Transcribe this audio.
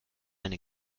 eine